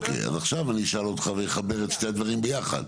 אוקיי אז עכשיו אני אשאל אותך ונחבר את שני הדברים ביחד.